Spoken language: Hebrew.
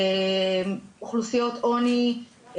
אוכלוסיות עוני,